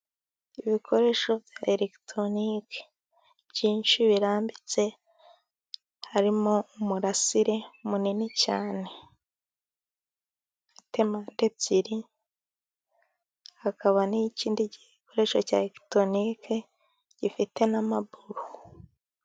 Ibikoresho bya elegitoronike byinshi birambitse, harimo umurasire munini cyane, temate ebyiri, hakaba n'ikindi gikoresho cya elegitoronike gifite n'amaburo.